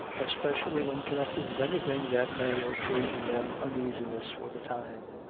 especially when connected with anything that may occasion them uneasiness for the time,